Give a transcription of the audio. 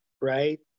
Right